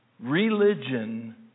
Religion